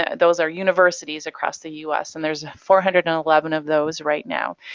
those are universities across the us and there's four hundred and eleven of those right now.